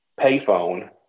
payphone